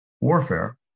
warfare